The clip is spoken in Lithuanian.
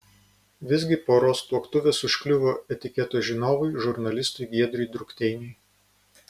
visgi poros tuoktuvės užkliuvo etiketo žinovui žurnalistui giedriui drukteiniui